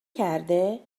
کرده